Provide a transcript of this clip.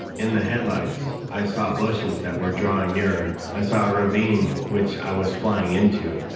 in the headlights, i saw bushes that were drawing nearer, i saw a ravine which i was flying into,